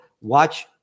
watch